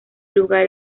lugar